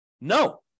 No